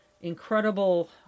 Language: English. incredible